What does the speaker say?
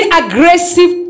aggressive